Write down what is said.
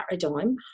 paradigm